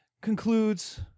concludes